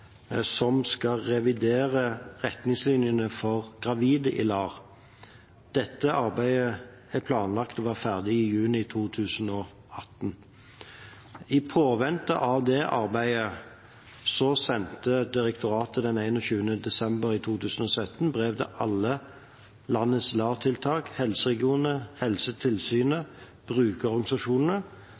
som skal revidere retningslinjene for gravide i LAR. Dette arbeidet er planlagt å være ferdig i juni 2018. I påvente av det arbeidet sendte direktoratet den 21. desember 2017 brev til alle landets LAR-tiltak, helseregionene, helsetilsynene og brukerorganisasjonene,